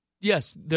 Yes